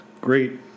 Great